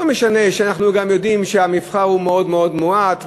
לא משנה שאנחנו גם יודעים שהמבחר הוא מאוד מאוד מועט,